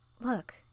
Look